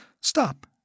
Stop